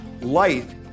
life